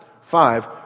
five